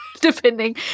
depending